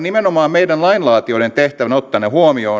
meidän lainlaatijoiden tehtävä on ottaa ne huomioon jotta